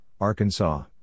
Arkansas